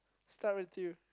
start with you